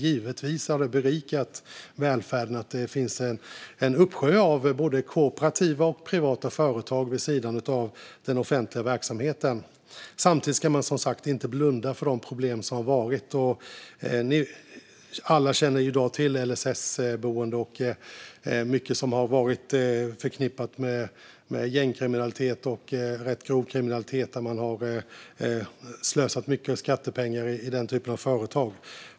Givetvis har det berikat välfärden att det finns en uppsjö av både kooperativa och privata företag vid sidan av den offentliga verksamheten. Men samtidigt ska man som sagt inte blunda för de problem som har varit. Alla känner i dag till att det förekommit en del fall där LSS-boenden varit förknippade med gängkriminalitet och rätt grov kriminalitet. Man har slösat mycket skattepengar i den typen av företag.